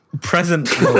Present